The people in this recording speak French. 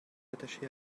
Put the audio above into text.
attachés